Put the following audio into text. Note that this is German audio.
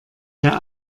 der